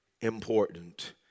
important